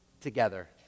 together